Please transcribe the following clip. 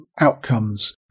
outcomes